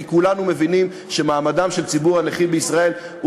כי כולנו מבינים שמעמדו של ציבור הנכים בישראל,